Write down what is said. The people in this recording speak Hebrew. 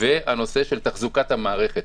והנושא של תחזוקת המערכת.